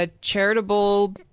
charitable